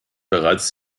bereits